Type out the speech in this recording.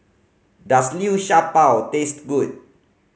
does Liu Sha Bao taste good